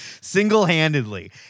single-handedly